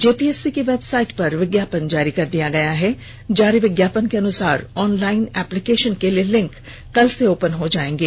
JPSC की website पर विज्ञापन जारी कर दिया गया है जारी विज्ञापन के अनुसार ऑनलाइन एप्लीकेशन के लिए लिंक कल से ओपन हो जायेंगे